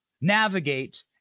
navigate